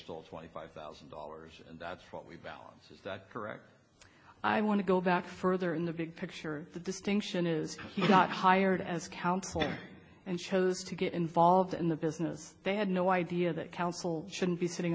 sold twenty five thousand dollars and that's what we balance is that correct i want to go back further in the big picture the distinction is not hired as counterpoint and chose to get involved in the business they had no idea that counsel shouldn't be sitting